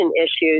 issues